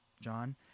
John